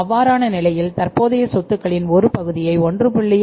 அவ்வாறான நிலையில் தற்போதைய சொத்துகளின் ஒரு பகுதியை 1